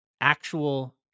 actual